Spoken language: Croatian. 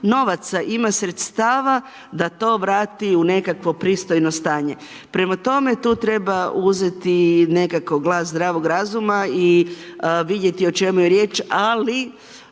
novaca, ima sredstava da to vrati u nekakvo pristojno stanje. Prema tome tu treba uzeti nekako glas zdravog razuma i vidjeti o čemu je riječ, ali